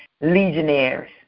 legionnaires